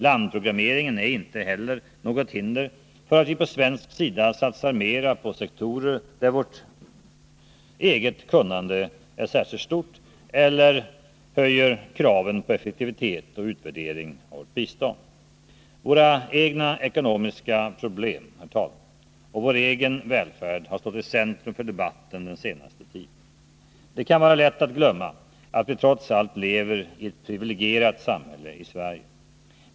Landprogrammeringen är inte heller något hinder för att vi på svensk sida satsar mera på sektorer där vårt eget kunnande är särskilt stort eller höjer kraven på effektivitet och utvärdering av vårt bistånd. Herr talman! Våra egna ekonomiska problem och vår egen välfärd har stått i centrum för debatten den senaste tiden. Det kan vara lätt att glömma att vi trots allt lever i ett privilegierat samhälle i Sverige.